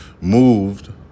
moved